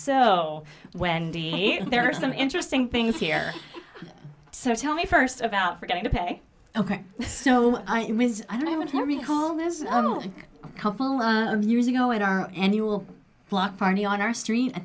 so wendy there are some interesting things here so tell me first about forgetting to pay ok so i don't i want to recall there's a couple of years ago at our annual block party on our street i